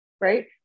right